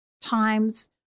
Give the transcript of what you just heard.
times